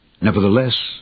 Nevertheless